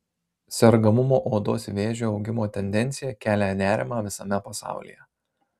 sergamumo odos vėžiu augimo tendencija kelia nerimą visame pasaulyje